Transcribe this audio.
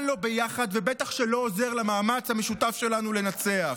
לא "ביחד" ובטח שלא עוזר למאמץ שלנו לנצח.